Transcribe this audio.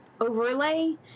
overlay